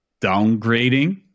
downgrading